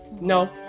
No